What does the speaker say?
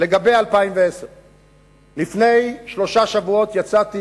לגבי 2010. לפני שלושה שבועות יצאתי